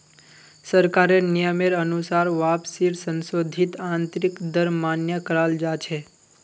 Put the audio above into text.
सरकारेर नियमेर अनुसार वापसीर संशोधित आंतरिक दर मान्य कराल जा छे